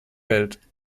welt